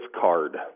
card